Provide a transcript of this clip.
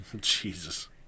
Jesus